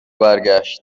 برگشت